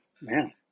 man